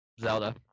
Zelda